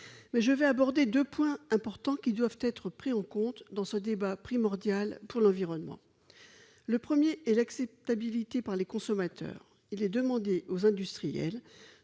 mais je vais aborder 2 points importants qui doivent être pris en compte dans ce débat primordial pour l'environnement le 1er est l'acceptabilité par les consommateurs, il est demandé aux industriels